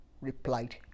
replied